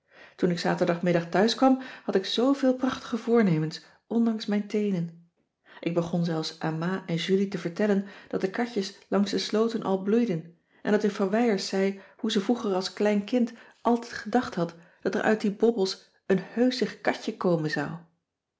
toen ik zaterdagmiddag thuis kwam had ik zooveel prachtige voornemens ondanks mijn teenen ik begon zelfs aan ma en julie te vertellen dat de katjes langs de slooten al bloeiden en dat juffrouw wijers zei hoe ze vroeger als klein kind altijd gedacht cissy van marxveldt de h b s tijd van joop ter heul had dat er uit die bobbels een heuschig katje komen zou